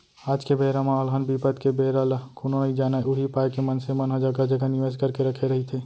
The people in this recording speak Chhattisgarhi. आज के बेरा म अलहन बिपत के बेरा ल कोनो नइ जानय उही पाय के मनसे मन ह जघा जघा निवेस करके रखे रहिथे